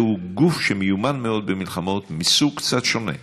זהו גוף שמיומן מאוד במלחמות מסוג קצת שונה: